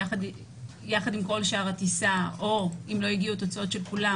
יחד עם כל שאר הנוסעים בטיסה או אם לא הגיעו תוצאות של כולם,